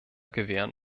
gewähren